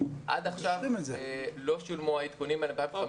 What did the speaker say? עד עכשיו לא שולמו העדכונים על 2015